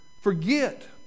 Forget